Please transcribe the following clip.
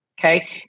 Okay